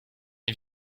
une